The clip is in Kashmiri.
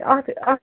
اَتھ اَتھ